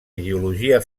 ideologia